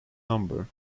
number